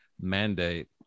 mandate